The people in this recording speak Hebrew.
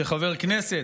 שחבר הכנסת,